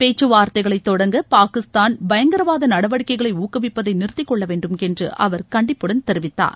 பேச்சுவார்த்தைகளை தொடங்க பாகிஸ்தான் பயங்கரவாத நடவடிக்கைகளை ஊக்குவிப்பதை நிறுத்திக் கொள்ளவேண்டும் என்று அவர் கண்டிப்புடன் தெரிவித்தார்